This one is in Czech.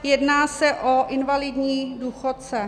Jedná se o invalidní důchodce.